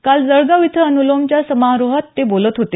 काल जळगाव इथं अनुलोमच्या समारोहात ते बोलत होते